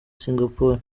singapore